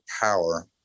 power